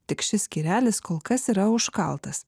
tik šis skyrelis kol kas yra užkaltas